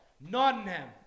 Nottingham